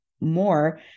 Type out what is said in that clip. more